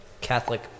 Catholic